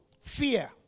Fear